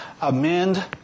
amend